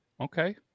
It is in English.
Okay